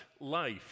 Life